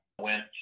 went